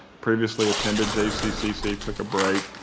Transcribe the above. previously attended jccc? took a break?